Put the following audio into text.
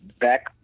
back